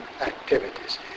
activities